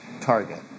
target